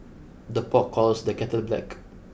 the pot calls the kettle black